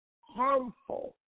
harmful